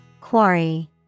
Quarry